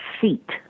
seat